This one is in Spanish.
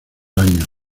años